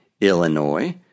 Illinois